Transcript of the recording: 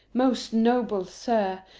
most noble sir,